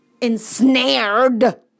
ensnared